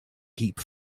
keep